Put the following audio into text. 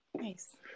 Nice